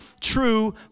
true